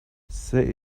say